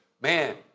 man